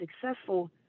successful